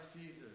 Jesus